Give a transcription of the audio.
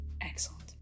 Excellent